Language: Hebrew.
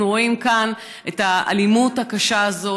אנחנו רואים כאן את האלימות הקשה הזו